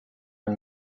and